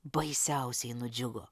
baisiausiai nudžiugo